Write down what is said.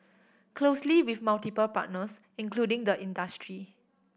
closely with multiple partners including the industry